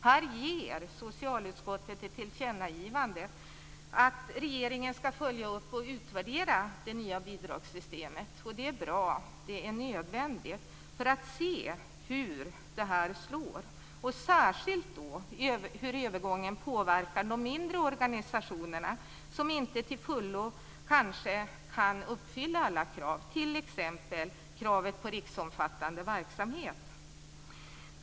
Här gör socialutskottet ett tillgännagivande att regeringen ska följa upp och utvärdera det nya bidragssystemet. Det är bra - det är nödvändigt för att se hur systemet slår, särskilt när det gäller hur övergången påverkar de mindre organisationerna som kanske inte till fullo kan uppfylla alla krav. Det gäller t.ex. kravet på riksomfattande verksamhet.